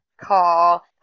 call